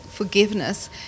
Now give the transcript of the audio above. Forgiveness